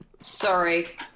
Sorry